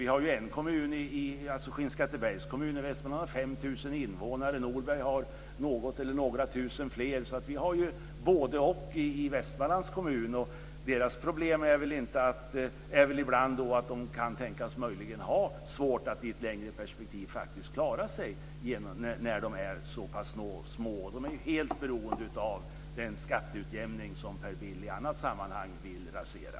Vi har en kommun i Västmanlands län, Skinnskattebergs kommun, som har 5 000 invånare, och Norbergs kommun har något eller några tusen fler. Vi har både-och i Västmanlands län. Deras problem är väl ibland att de möjligen kan tänkas ha svårt att i ett längre perspektiv klara sig när de är så pass små. De är helt beroende av den skatteutjämning som Per Bill i annat sammanhang vill rasera.